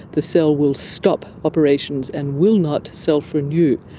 the cell will stop operations and will not self-renew.